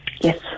Yes